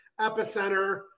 Epicenter